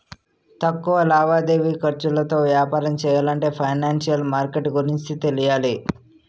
తక్కువ లావాదేవీ ఖర్చులతో వ్యాపారం చెయ్యాలంటే ఫైనాన్సిషియల్ మార్కెట్ గురించి తెలియాలి